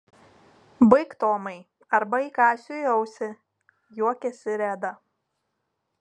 baik tomai arba įkąsiu į ausį juokėsi reda